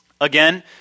Again